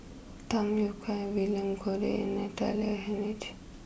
Tham Yui Kai William Goode and Natalie Hennedige